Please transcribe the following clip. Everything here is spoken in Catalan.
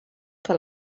que